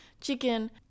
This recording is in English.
chicken